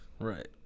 Right